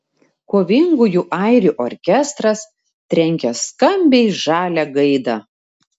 kovingųjų airių orkestras trenkia skambiai žalią gaidą